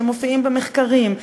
שמופיעים במחקרים,